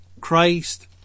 Christ